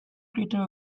crater